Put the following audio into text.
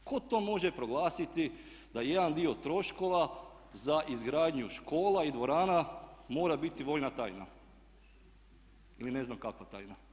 Tko to može proglasiti da jedan dio troškova za izgradnju škola i dvorana mora biti vojna tajna ili ne znam kakva tajna?